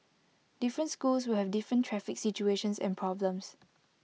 different schools will have different traffic situations and problems